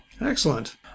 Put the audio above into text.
Excellent